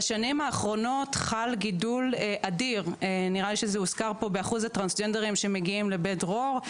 בשנים האחרונות חל גידול אדיר באחוז טרנסג'נדרים שמגיעים לבית דרור,